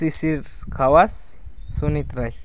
Sisir Khawas Sunit Rai